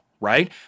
right